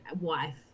wife